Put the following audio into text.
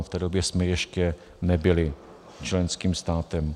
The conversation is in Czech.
V té době jsme ještě nebyli členským státem.